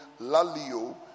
lalio